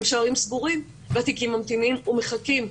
והם שערים סגורים והתיקים ממתינים ומחכים.